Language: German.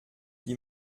die